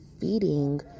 feeding